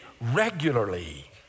regularly